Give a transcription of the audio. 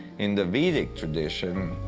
in the vedic tradition,